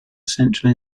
central